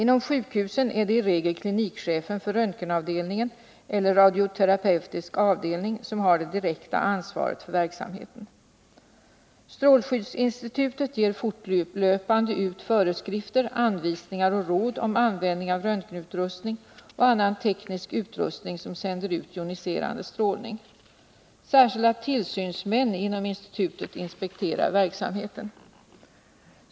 Inom sjukhusen är det i regel klinikchefen för röntgenavdelningen eller radioterapeutisk avdelning som har det direkta ansvaret för verksamheten. Strålskyddsinstitutet ger fortlöpande ut föreskrifter, anvisningar och råd om användningen av röntgenutrustning och annan teknisk utrustning som sänder ut joniserande strålning. Särskilda tillsynsmän inom institutet inspekterar verksamheten.